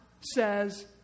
says